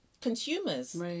Consumers